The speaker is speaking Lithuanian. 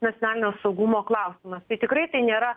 nacionalinio saugumo klausimas tai tikrai nėra